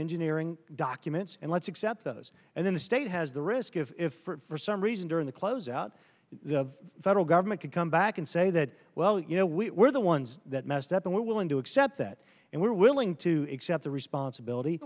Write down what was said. engineering documents and let's accept those and then the state has the risk if for some reason during the close out the federal government could come back and say that well you know we were the ones that messed up and willing to accept that and were willing to accept the responsibility